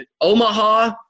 Omaha